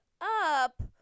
up